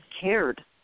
cared